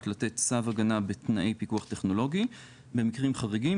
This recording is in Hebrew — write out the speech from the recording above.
לתת צו הגנה בתנאי פיקוח טכנולוגי במקרים חריגים,